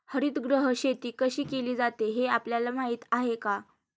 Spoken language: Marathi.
हरितगृह शेती कशी केली जाते हे आपल्याला माहीत आहे का?